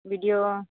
video